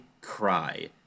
cry